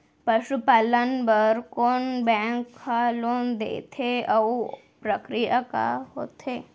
पसु पालन बर कोन बैंक ह लोन देथे अऊ प्रक्रिया का होथे?